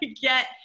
get